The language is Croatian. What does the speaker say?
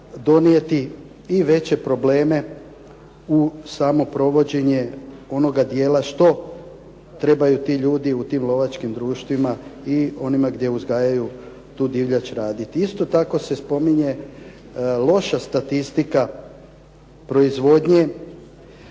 donijeti i veće probleme u samo provođenje onoga dijela što trebaju ti ljudi u tim lovačkim društvima i onima gdje uzgajaju tu divljač raditi. Isto tako se spominje loša statistika proizvodnje